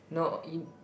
no in